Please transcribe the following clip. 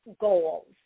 goals